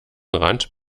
rand